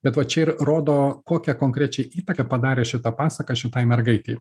bet va čia ir rodo kokią konkrečiai įtaką padarė šita pasaka šitai mergaitei